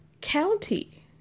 county